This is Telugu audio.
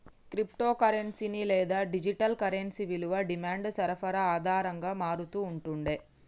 క్రిప్టో కరెన్సీ లేదా డిజిటల్ కరెన్సీ విలువ డిమాండ్, సరఫరా ఆధారంగా మారతూ ఉంటుండే